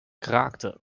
kraakte